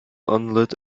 unlit